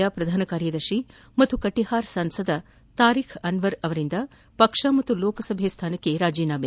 ಎನ್ಸಿಪಿಯ ಪ್ರಧಾನ ಕಾರ್ಯದರ್ಶಿ ಮತ್ತು ಕಟಿಹಾರ್ ಸಂಸದ ತಾರಿಬ್ ಅನ್ವರ್ ಅವರಿಂದ ಪಕ್ಷ ಮತ್ತು ಲೋಕಸಭಾ ಸ್ಥಾನಕ್ಕೆ ರಾಜೀನಾಮೆ